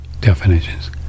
definitions